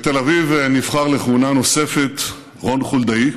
בתל אביב נבחר לכהונה נוספת רון חולדאי.